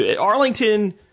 Arlington